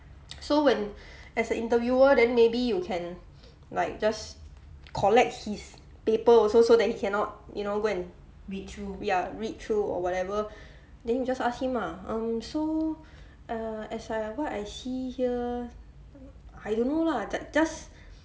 so when as the interviewer then maybe you can like just collect his paper also so that he cannot you know go and ya read through or whatever then you just ask him ah um so err as I what I see here I don't know lah ju~ just